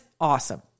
awesome